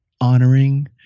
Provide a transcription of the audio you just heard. honoring